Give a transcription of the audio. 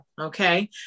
okay